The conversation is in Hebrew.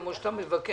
כמו שאתה מבקש,